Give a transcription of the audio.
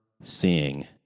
seeing